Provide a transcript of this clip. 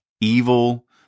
evil